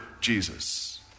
Jesus